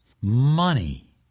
money